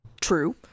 true